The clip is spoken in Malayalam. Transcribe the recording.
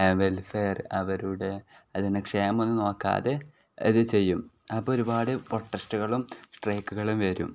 വെൽഫെയർ അവരുടെ അതിനെ ക്ഷേമമൊന്നും നോക്കാതെ ഇത് ചെയ്യും അപ്പോൾ ഒരുപാട് പ്രൊട്ടസ്റ്റുകളും ട്രേക്കുകളും വരും